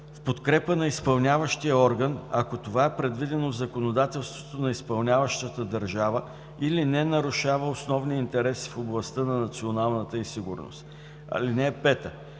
в подкрепа на изпълняващия орган, ако това е предвидено в законодателството на изпълняващата държава или не нарушава основни интереси в областта на националната й сигурност. (5)